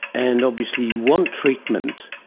and obviously you want treatment,